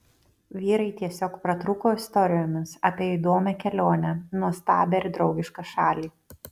vyrai tiesiog pratrūko istorijomis apie įdomią kelionę nuostabią ir draugišką šalį